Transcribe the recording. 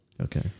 Okay